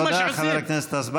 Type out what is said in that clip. תודה, חבר הכנסת אזברגה.